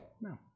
No